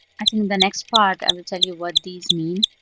i think in the next part, i will tell you what these mean.